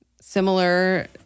similar